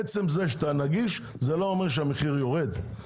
עצם זה שאתה נגיש זה לא אומר שהמחיר יורד.